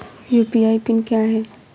UPI PIN क्या है?